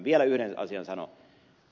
vielä yhden asian sanon